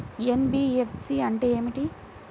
NBFC అంటే ఏమిటి?